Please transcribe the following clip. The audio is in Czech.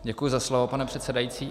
Děkuji za slovo, pane předsedající.